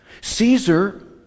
Caesar